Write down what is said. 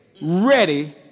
ready